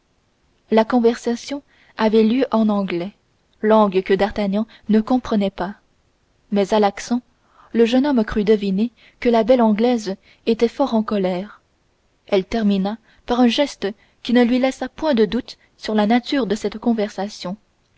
la conversation avait lieu en anglais langue que d'artagnan ne comprenait pas mais à l'accent le jeune homme crut deviner que la belle anglaise était fort en colère elle termina par un geste qui ne lui laissa point de doute sur la nature de cette conversation